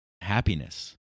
happiness